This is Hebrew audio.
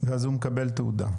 ואז הוא מקבל תעודה?